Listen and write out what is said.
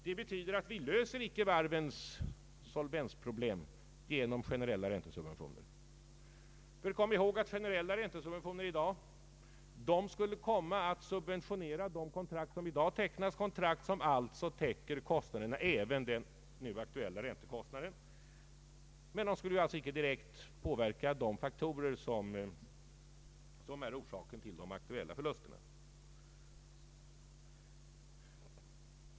Det betyder att vi inte löser varvens solvensproblem genom generella räntesubventioner. Vi bör dessutom komma ihåg att generella räntesubventioner i dag skulle komma att subventionera de kontrakt som tecknas — kontrakt som alltså täcker även den nu aktuella räntekostnaden. Men man skulle alltså inte direkt påverka de faktorer som är orsaken till de aktuella förlusterna.